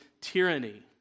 tyranny